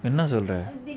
என்ன சொல்ற:enna solra